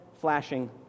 flashing